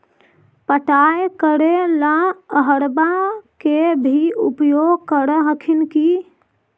पटाय करे ला अहर्बा के भी उपयोग कर हखिन की?